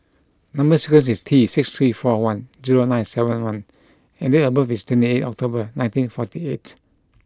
number sequence is T six three four one zero nine seven one and date of birth is twenty eight October nineteen forty eight